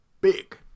Big